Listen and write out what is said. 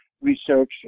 research